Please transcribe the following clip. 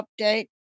update